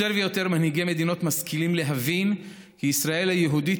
יותר ויותר מנהיגי מדינות משכילים להבין כי ישראל היהודית